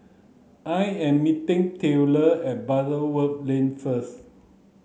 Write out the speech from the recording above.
I am meeting Taylor at Butterworth Lane first